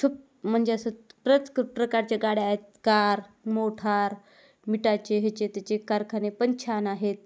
खूप म्हणजे असं प्रच क प्रकारच्या गाड्या आहेत कार मोठार मिठीचे ह्याचे त्याचे कारखाने पण छान आहेत